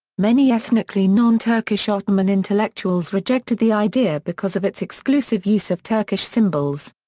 many ethnically non-turkish ottoman intellectuals rejected the idea because of its exclusive use of turkish symbols.